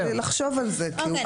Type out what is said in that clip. צריך לחשוב על זה כי הוא כבר בגיר.